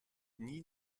nie